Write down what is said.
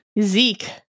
Zeke